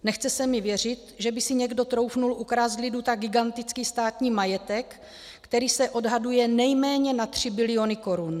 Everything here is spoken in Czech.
Nechce si mi věřit, že by si někdo troufl ukrást lidu tak gigantický státní majetek, který se odhaduje nejméně na tři biliony korun.